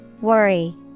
Worry